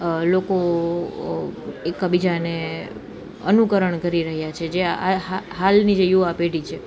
લોકો એક બીજાને અનુકરણ કરી રહ્યા છે કે જે આ હા હાલની જે યુવા પેઢી છે